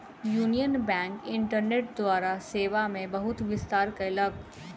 union Bank internet द्वारा सेवा मे बहुत विस्तार कयलक